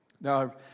Now